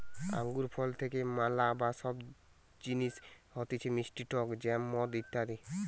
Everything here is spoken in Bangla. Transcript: আঙ্গুর ফল থেকে ম্যালা সব জিনিস হতিছে মিষ্টি টক জ্যাম, মদ ইত্যাদি